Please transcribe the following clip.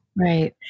Right